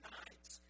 nights